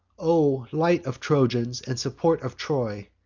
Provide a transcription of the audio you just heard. o light of trojans, and support of troy,